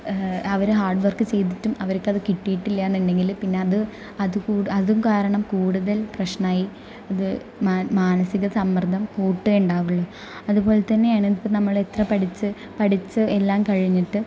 അവർ hard work ചെയ്തിട്ടും അവർക്ക് അത് കിട്ടിയിട്ടില്ല എന്നുണ്ടെങ്കിൽ പിന്നെ അത് അത് കൂടു അത് കാരണം കൂടുതൽ പ്രശ്നമായി അത് മാന മാനസിക സമ്മർദ്ദം കൂട്ടുവേ ഉണ്ടാവുള്ളൂ അതുപോലെ തന്നെയാണ് ഇപ്പം നമ്മൾ എത്ര പഠിച്ച് പഠിച്ച് എല്ലാം കഴിഞ്ഞിട്ട്